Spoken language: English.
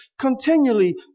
continually